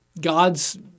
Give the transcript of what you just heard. God's